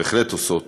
בהחלט עושות.